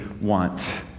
want